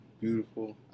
beautiful